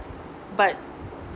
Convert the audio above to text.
but